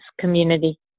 community